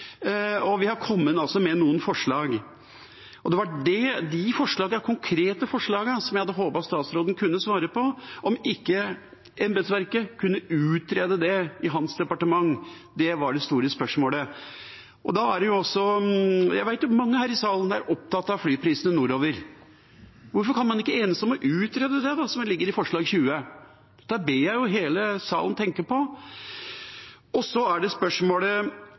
og vi har kommet med noen forslag. Det var de konkrete forslagene jeg hadde håpet at statsråden kunne svare på – om ikke embetsverket i hans departement kunne utrede det. Det var det store spørsmålet. Jeg vet at mange her i salen er opptatt av flyprisene nordover. Hvorfor kan man ikke enes om å utrede det da, det som ligger i forslag nr. 19? Det ber jeg hele salen tenke på. Så er det spørsmålet